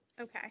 Okay